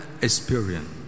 experience